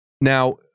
Now